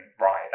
right